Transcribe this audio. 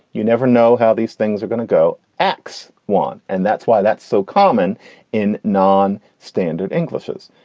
you never know how these things are gonna go x one and that's why that's so common in non standard englishes.